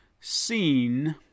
seen